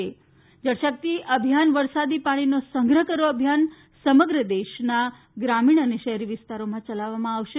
જળશક્તિ અભિયાન વરસાદી પાણીનો સંગ્રહ કરો અભિયાન સમગ્ર દેશના ગ્રામીણ અને શહેરી વિસ્તારોમાં ચલાવવામાં આવશે